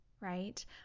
right